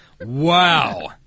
Wow